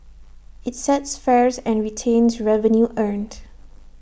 IT sets fares and retains revenue earned